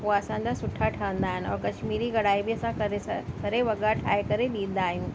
हो असांजा सुठा ठहंदा आहिनि और कश्मीरी कढ़ाई बि असां करे सघ करे वॻा ठाहे करे ॾींदा आहियूं